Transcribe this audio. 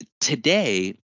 today